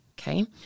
okay